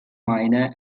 minor